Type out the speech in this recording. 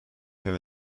have